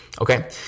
Okay